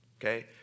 Okay